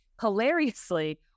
hilariously